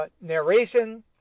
narration